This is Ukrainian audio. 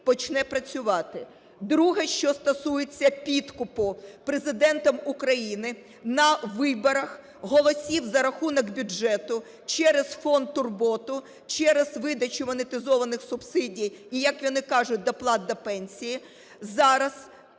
Друге. Що стосується підкупу Президентом України на виборах голосів за рахунок бюджету через фонд "Турботу", через видачумонетизованих субсидій і, як вони кажуть, доплат до пенсій, зараз